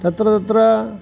तत्र तत्र